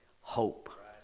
hope